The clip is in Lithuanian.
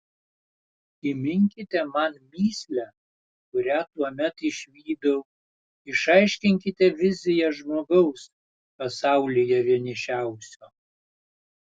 įminkite man mįslę kurią tuomet išvydau išaiškinkite viziją žmogaus pasaulyje vienišiausio